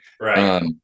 Right